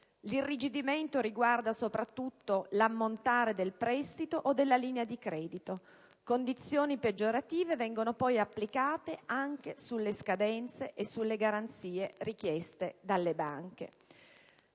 L'irrigidimento riguarda soprattutto l'ammontare del prestito o della linea di credito; condizioni peggiorative vengono poi applicate anche sulle scadenze e sulle garanzie richieste dalle banche.